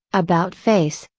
about face,